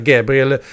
Gabriel